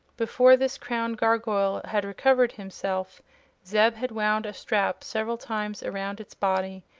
before this crowned gargoyle had recovered himself zeb had wound a strap several times around its body,